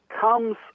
comes